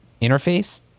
interface